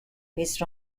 based